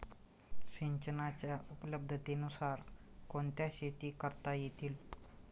सिंचनाच्या उपलब्धतेनुसार कोणत्या शेती करता येतील?